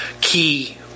key